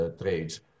trades